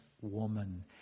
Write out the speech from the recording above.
woman